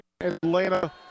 Atlanta